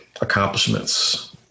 accomplishments